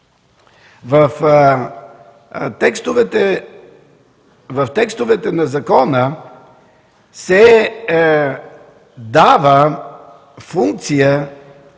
в текстовете на закона се дава функция